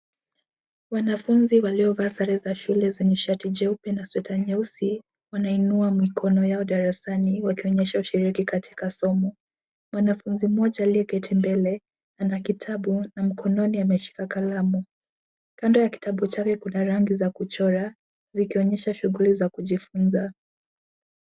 Wanafunzi waliovaa sare za shule zenye shati jeupe na sweta nyeusi wanainua mikono yao darasani wakionyesha ushiriki katika somo. Mwanafunzi mmoja aliyeketi mbele ana kitabu na mkononi ameshika kalamu. Kando ya kitabu chake kuna rangi za kuchora zikionyesha shughuli za kujifunza.